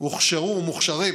הוכשרו ומוכשרים